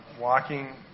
walking